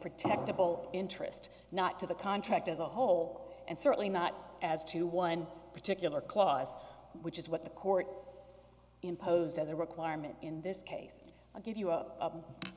protectable interest not to the contract as a whole and certainly not as to one particular clause which is what the court imposed as a requirement in this case i'll give you a